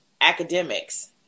academics